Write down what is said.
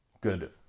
Good